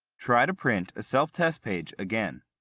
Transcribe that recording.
try to print a self-test page again.